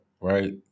right